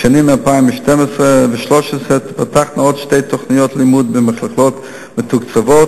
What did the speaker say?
בשנים 2012 ו-2013 תיפתחנה עוד שתי תוכנית לימוד במכללות מתוקצבות,